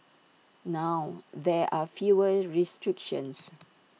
now there are fewer restrictions